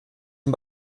dem